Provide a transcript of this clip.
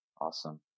Awesome